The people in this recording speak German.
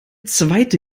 zweite